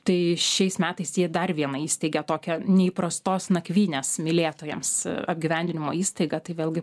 tai šiais metais jie dar vieną įsteigia tokią neįprastos nakvynės mylėtojams apgyvendinimo įstaigą tai vėlgi